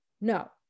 No